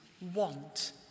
want